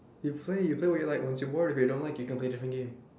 you play you play what you like once you bored of it you don't like you go play different game